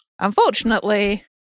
Unfortunately